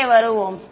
இங்கே வருவோம்